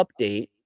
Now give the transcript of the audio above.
update